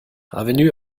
avenue